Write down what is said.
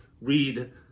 read